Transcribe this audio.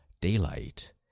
daylight